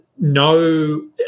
No